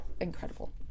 incredible